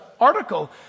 article